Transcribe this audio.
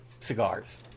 cigars